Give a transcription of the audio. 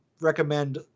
recommend